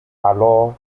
alors